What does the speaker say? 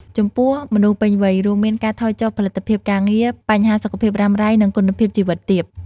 ចំពោះមនុស្សពេញវ័យ រូមមាន ការថយចុះផលិតភាពការងារ បញ្ហាសុខភាពរ៉ាំរ៉ៃ និងគុណភាពជីវិតទាប។